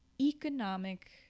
economic